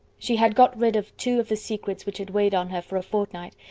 she had got rid of two of the secrets which had weighed on her for a fortnight,